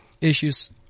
issues